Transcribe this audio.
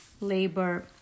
labor